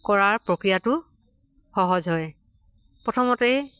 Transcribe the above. কৰাৰ প্ৰক্ৰিয়াটো সহজ হয় প্ৰথমতেই